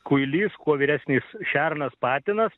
kuilys kuo vyresnis šernas patinas